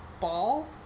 ball